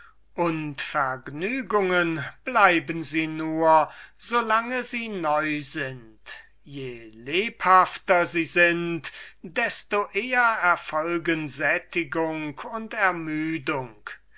und vergnügungen bleiben sie nur so lange als sie neu sind je lebhafter sie sind desto bälder folgen sättigung und ermüdung